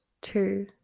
two